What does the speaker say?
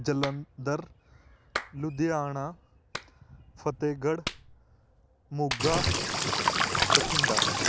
Jalandhar Ludhiana Fatehgarh Moga Bathinda